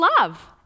love